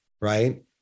Right